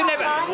עובדיה.